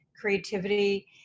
creativity